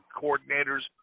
coordinators